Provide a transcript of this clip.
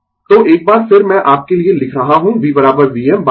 तो एक बार फिर मैं आपके लिए लिख रहा हूं V Vm √ 2